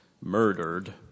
murdered